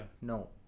no